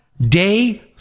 day